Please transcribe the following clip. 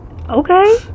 Okay